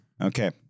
Okay